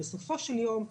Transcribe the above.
בסופו של יום,